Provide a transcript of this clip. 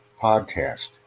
podcast